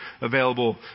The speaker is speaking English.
available